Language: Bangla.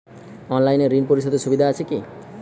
অনলাইনে ঋণ পরিশধের সুবিধা আছে কি?